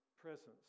presence